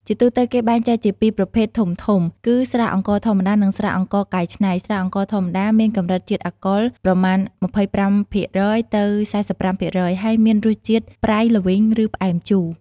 ជាទូទៅ គេបែងចែកជាពីរប្រភេទធំៗគឺ ស្រាអង្ករធម្មតា និង ស្រាអង្ករកែច្នៃ។ ស្រាអង្ករធម្មតាមានកម្រិតជាតិអាល់កុលប្រមាណ ២៥% ទៅ ៤៥% ហើយមានរសជាតិប្រៃល្វីង ឬផ្អែមជូរ។